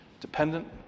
dependent